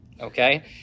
okay